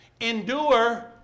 Endure